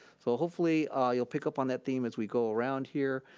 so hopefully ah you'll pick up on that theme as we go around here.